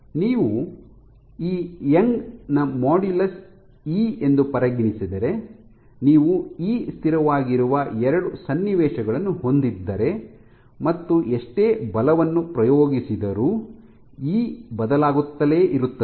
ಈಗ ನೀವು ಈ ಯಂಗ್ ನ ಮಾಡ್ಯುಲಸ್ ಇ ಎಂದು ಪರಿಗಣಿಸಿದರೆ ನೀವು ಇ ಸ್ಥಿರವಾಗಿರುವ ಎರಡು ಸನ್ನಿವೇಶಗಳನ್ನು ಹೊಂದಿದ್ದರೆ ಮತ್ತು ಎಷ್ಟೇ ಬಲವನ್ನು ಪ್ರಯೋಗಿಸಿದರೂ ಇ ಬದಲಾಗುತ್ತಲೇ ಇರುತ್ತದೆ